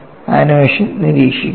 animation നിരീക്ഷിക്കുക